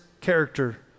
character